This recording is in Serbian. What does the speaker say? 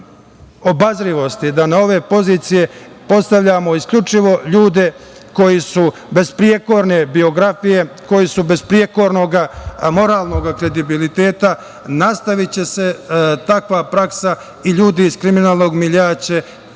obazrivosti da na ove pozicije postavljamo isključivo ljude koji su besprekorne biografije, koji su besprekornoga moralnog kredibiliteta, nastaviće se takva praksa i ljudi iz kriminalnog miljea